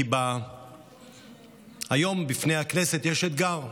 כי היום בפני הכנסת יש אתגר,